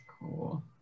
cool